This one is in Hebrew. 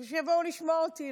ושיבואו לשמוע אותי,